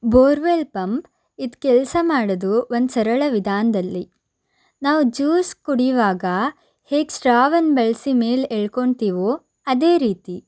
borewell pump ಇದು ಕೆಲಸ ಮಾಡೋದು ಒಂದು ಸರಳ ವಿಧಾನದಲ್ಲಿ ನಾವು ಜ್ಯೂಸ್ ಕುಡಿಯುವಾಗ ಹೇಗೆ ಸ್ಟ್ರಾವನ್ನು ಬಳಸಿ ಮೇಲೆ ಎಳ್ಕೊತೀವೋ ಅದೇ ರೀತಿ